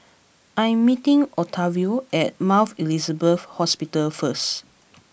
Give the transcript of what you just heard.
I am meeting Octavio at Mount Elizabeth Hospital first